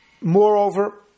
Moreover